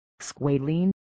squalene